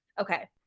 Okay